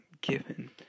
given